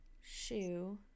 Shoe